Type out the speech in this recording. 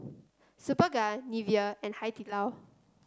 Superga Nivea and Hai Di Lao